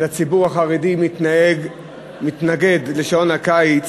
שהציבור החרדי מתנגד לשעון הקיץ